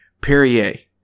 Perrier